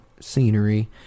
scenery